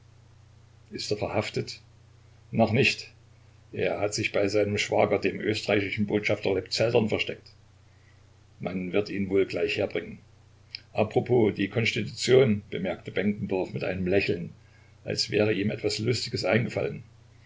ist er verhaftet noch nicht er hat sich bei seinem schwager dem österreichischen botschafter lebzeltern versteckt man wird ihn wohl gleich herbringen a propos die konstitution bemerkte benkendorf mit einem lächeln als wäre ihm etwas lustiges eingefallen